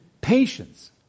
patience